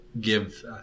give